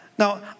Now